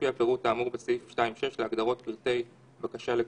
אני רוצה לדעת,